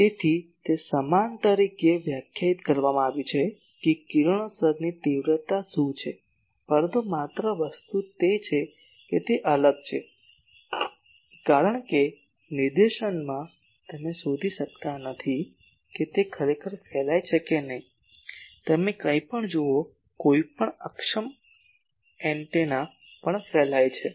તેથી તે સમાન તરીકે વ્યાખ્યાયિત કરવામાં આવ્યું છે કે કિરણોત્સર્ગની તીવ્રતા શું છે પરંતુ માત્ર વસ્તુ તે છે કે તે અલગ છે કારણ કે નિર્દેશનમાં તમે શોધી શકતા નથી કે તે ખરેખર ફેલાય છે કે નહીં તમે કંઈપણ જુઓ કોઈપણ અક્ષમ એન્ટેના પણ ફેલાય છે